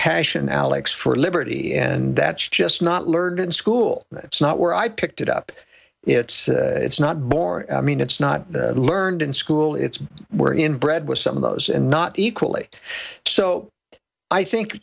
passion alex for liberty and that's just not learned in school it's not where i picked it up it's it's not boring i mean it's not learned in school it's where inbred with some of those and not equally so i think